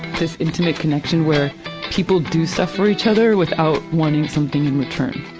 this intimate connection where people do stuff for each other without wanting something in return.